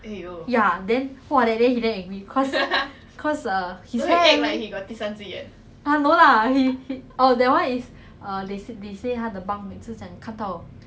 and some of his friends go and peep at other people bunks at night to go and see then my like go and look at other people sleeping lah then then my 姑姑 say orh